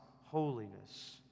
holiness